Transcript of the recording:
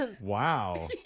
wow